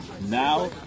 now